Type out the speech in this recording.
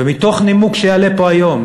ומתוך נימוק שיעלה פה היום,